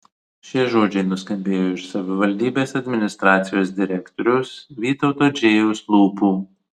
šie žodžiai nuskambėjo iš savivaldybės administracijos direktoriaus vytauto džėjos lūpų